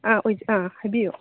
ꯑꯥ ꯑꯥ ꯍꯥꯏꯕꯤꯌꯨ